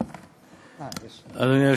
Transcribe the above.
האוצר חבר הכנסת יצחק כהן.